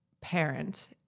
parent